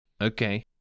Okay